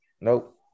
Nope